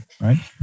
right